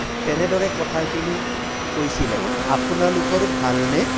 তেনেদৰে কথাখিনি কৈছিলে আপোনালোকৰ ভালনে